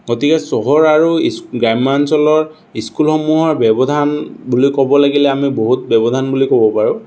গতিকে চহৰ আৰু গ্ৰাম্যাঞ্চলৰ স্কুলসমূহৰ ব্যৱধান বুলি ক'ব লাগিলে আমি বহুত ব্যৱধান বুলি ক'ব পাৰোঁ